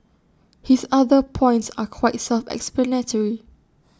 his other points are quite self explanatory